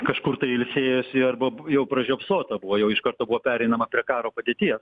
kažkur tai ilsėjosi arba b jau pražiopsota buvo jau iš karto buvo pereinama prie karo padėties